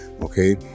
okay